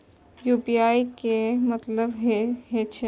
UPI के की मतलब हे छे?